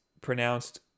pronounced